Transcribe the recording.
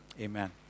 amen